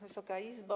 Wysoka Izbo!